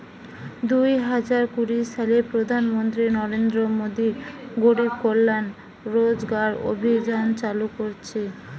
দুই হাজার কুড়ি সালে প্রধান মন্ত্রী নরেন্দ্র মোদী গরিব কল্যাণ রোজগার অভিযান চালু করিছে